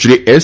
Shri S